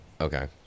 Okay